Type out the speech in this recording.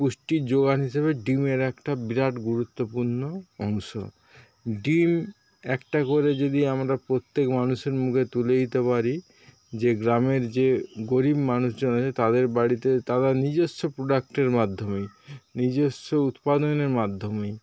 পুষ্টির জোগান হিসেবে ডিমের একটা বিরাট গুরুত্বপূর্ণ অংশ ডিম একটা করে যদি আমরা প্রত্যেক মানুষের মুখে তুলে দিতে পারি যে গ্রামের যে গরিব মানুষজন আছে তাদের বাড়িতে তারা নিজস্ব প্রোডাক্টের মাধ্যমে নিজেস্ব উৎপাদনের মাধ্যমে